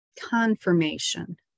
confirmation